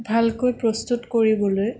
ভালকৈ প্ৰস্তুত কৰিবলৈ